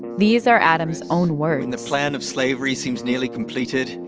these are adams' own words the plan of slavery seems nearly completed.